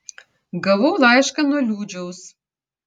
gavau laišką nuo liūdžiaus